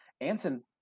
Anson